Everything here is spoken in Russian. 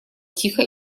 тихо